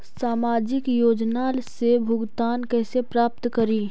सामाजिक योजना से भुगतान कैसे प्राप्त करी?